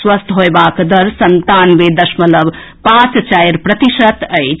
स्वस्थ होएबाक दर संतानवे दशमलव पांच चारि प्रतिशत अछि